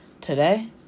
Today